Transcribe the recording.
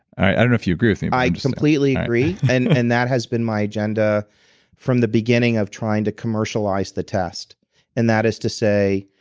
i don't know if you agree with me i just completely agree. and and that has been my agenda from the beginning, of trying to commercialize the test and that is to say,